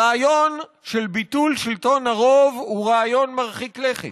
הרעיון של ביטול שלטון הרוב הוא רעיון מרחיק לכת.